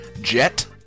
Jet